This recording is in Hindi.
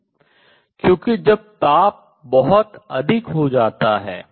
क्योंकि जब ताप बहुत अधिक हो जाता है